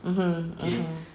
mmhmm mmhmm